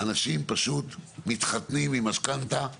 אנשים פשוט מתחתנים עם משכנתא,